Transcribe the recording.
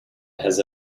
has